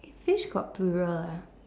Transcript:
fish got plural ah